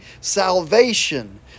Salvation